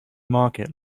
market